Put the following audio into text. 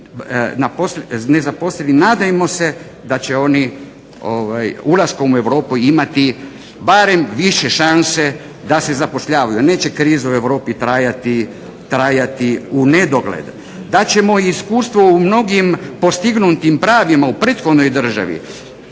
nezaposleni. Nadajmo se da će oni ulaskom u Europu imati barem više šanse da se zapošljavaju. Neće kriza u Europi trajati unedogled. Da ćemo iskustvo u mnogim postignutim pravima u prethodnoj državi